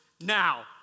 now